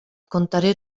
contaré